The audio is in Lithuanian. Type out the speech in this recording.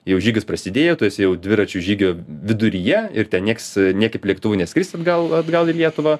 jau žygis prasidėjo tu esi jau dviračių žygio viduryje ir ten nieks niekaip lėktuvu neskris atgal atgal į lietuvą